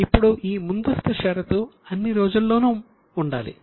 ఇప్పుడు ఈ ముందస్తు షరతు అన్ని రోజులలో నూ ఉండాలి